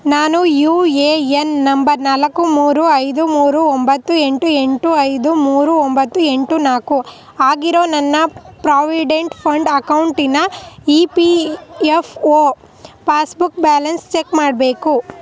ನಾನು U A N number ನಾಲ್ಕು ಮೂರು ಐದು ಮೂರು ಒಂಬತ್ತು ಎಂಟು ಎಂಟು ಐದು ಮೂರು ಒಂಬತ್ತು ಎಂಟು ನಾಲ್ಕು ಆಗಿರೋ ನನ್ನ ಪ್ರಾವಿಡೆಂಟ್ ಫಂಡ್ ಅಕೌಂಟಿನ E P F O passbook balance check ಮಾಡಬೇಕು